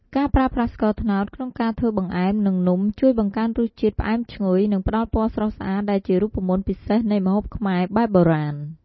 ការប្រើប្រាស់ស្ករត្នោតក្នុងការធ្វើបង្អែម និងនំ ជួយបង្កើនរសជាតិផ្អែមឈ្ងុយ និងផ្ដល់ពណ៌ស្រស់ស្អាតដែលជារូបមន្តពិសេសនៃម្ហូបខ្មែរបែបបុរាណ។